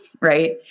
right